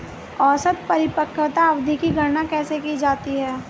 औसत परिपक्वता अवधि की गणना कैसे की जाती है?